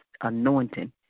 anointing